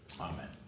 amen